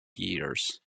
years